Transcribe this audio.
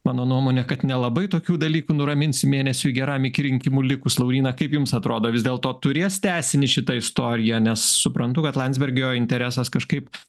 mano nuomone kad nelabai tokių dalykų nuraminsi mėnesiui geram iki rinkimų likus lauryna kaip jums atrodo vis dėlto turės tęsinį šita istorija nes suprantu kad landsbergio interesas kažkaip